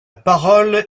parole